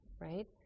right